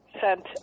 sent